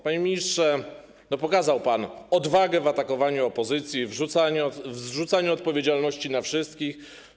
Panie ministrze, pokazał pan odwagę w atakowaniu opozycji, w zrzucaniu odpowiedzialności na wszystkich.